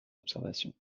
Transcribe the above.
observations